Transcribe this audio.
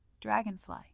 Dragonfly